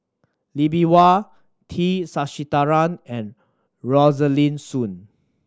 Lee Bee Wah T Sasitharan and Rosaline Soon